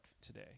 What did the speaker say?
today